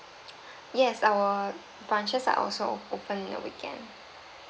yes our branches are also open on weekend